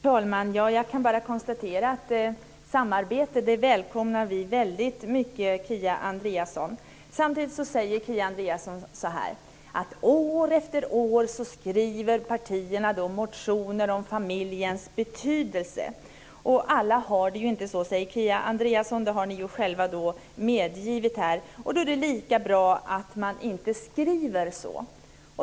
Fru talman! Jag kan bara konstatera att vi välkomnar samarbete väldigt mycket, Kia Andreasson. Samtidigt säger Kia Andreasson att partierna år efter år skriver motioner om familjens betydelse. Alla har det inte så, säger Kia Andreasson. Hon menar att vi själva har medgivit det här och att det är lika bra att man inte skriver så.